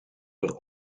per